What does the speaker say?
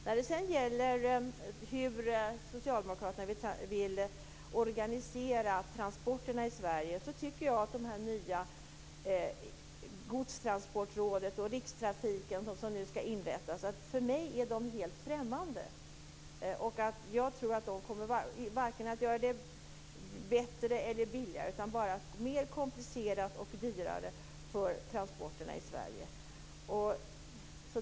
När det sedan gäller hur socialdemokraterna vill organisera transporterna i Sverige är det här nya som skall inrättas, godstransportrådet och rikstrafiken, för mig helt främmande. Jag tror att de varken kommer att göra det bättre eller billigare utan bara mer komplicerat och dyrare för transporterna i Sverige.